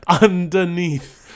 Underneath